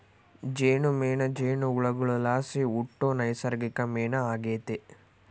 ಜೇನುಮೇಣ ಜೇನುಹುಳುಗುಳ್ಲಾಸಿ ಹುಟ್ಟೋ ನೈಸರ್ಗಿಕ ಮೇಣ ಆಗೆತೆ